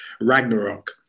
Ragnarok